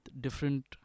different